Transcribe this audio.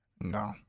no